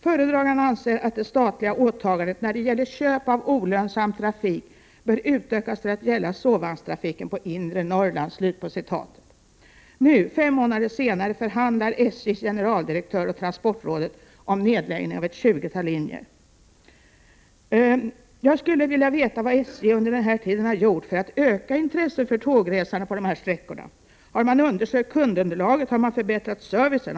Föredraganden anser att det statliga åtagandet när det gäller köp av olönsam trafik bör utökas till att gälla sovvagnstrafiken på övre Norrland.” Nu, fem månader senare, förhandlar SJ:s generaldirektör och transportrådet om nedläggning av ett tjugotal linjer. Jag skulle vilja veta vad SJ under den här tiden har gjort för att öka intresset för tågresandet på de här sträckorna. Har man undersökt kundunderlaget? Har man förbättrat servicen?